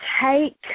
take